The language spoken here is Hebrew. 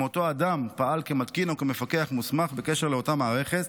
אותו אדם פעל כמתקין או כמפקח מוסמך בקשר לאותה מערכת,